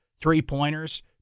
three-pointers